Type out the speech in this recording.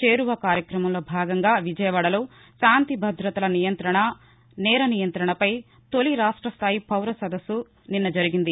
చేరువ కార్యక్రమంలో భాగంగా విజయవాడలో శాంతి భదతల నిర్వహణ నేర నియంత్రణపై తొలి రాష్ట్ర స్థాయి పౌర సదస్సు నిన్న జరిగింది